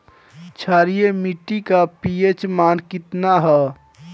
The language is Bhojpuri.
क्षारीय मीट्टी का पी.एच मान कितना ह?